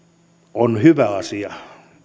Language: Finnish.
on hyvä asia